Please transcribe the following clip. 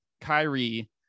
Kyrie